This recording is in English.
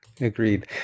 Agreed